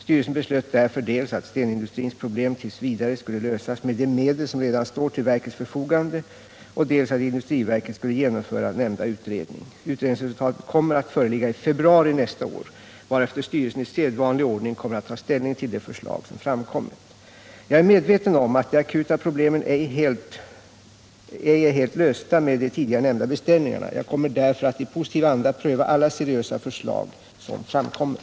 Styrelsen beslöt därför dels att stenindustrins problem t. v. skulle lösas med de medel som redan står till verkets förfogande, dels att industriverket skulle genomföra nämnda utredning. Utredningsresultatet kommer att föreligga i februari nästa år, varefter styrelsen i sedvanlig ordning kommer att ta ställning till de förslag som framkommit. Jag är medveten om att de akuta problemen ej är helt lösta med de tidigare nämnda beställningarna. Jag kommer därför att i positiv anda pröva alla seriösa förslag som framkommer.